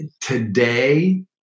Today